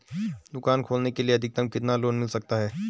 दुकान खोलने के लिए अधिकतम कितना लोन मिल सकता है?